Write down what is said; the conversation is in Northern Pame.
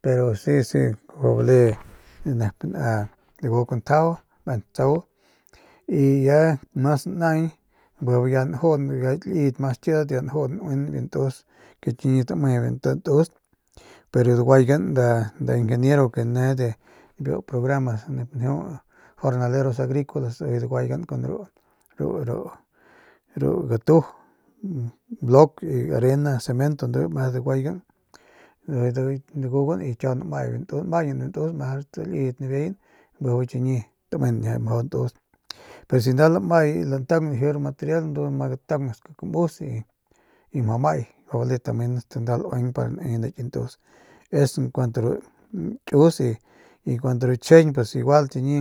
Pero si si nep na na si bu daguk ntjajau me ntsau y ya mas naañ bijiy ya njun ya ki liyet ya mas kidat ya najun nauin biu ntus que chiñi tame biu nti ntus pero daguygan nda injeniero ke ne de ru nep njeu programa de jornaleros agricola ujuy daguaygan ru gatu ru blok ru arena cemento de ru ndujuy meje daguaygan ndu ujuy dagugan y kiaugan namaañ biu ntus meje ru liyet nabiayan bijiy bu chiñi tamen jau ntus pero si nda lamay lantaung nda laji ru material ndu nda lame ma gataung ast biu kamus y mjau maay y nda mjau bale tamen nda laueng pa ne nda ki ntus es cuanto ru kius y ru chjijiñ pues igual chiñi